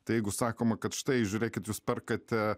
tai jeigu sakoma kad štai žiūrėkit jūs perkate